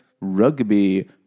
rugby